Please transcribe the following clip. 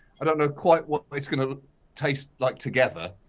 i don't know quite what it's gonna taste like together.